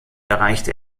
erreichte